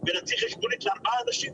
ולהוציא חשבונית לארבעה אנשים,